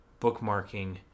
bookmarking